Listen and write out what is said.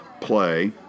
play